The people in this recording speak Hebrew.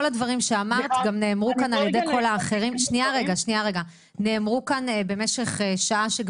כל הדברים שאמרת גם נאמרו כאן על ידי כל האחרים במשך שעה.